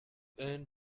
earned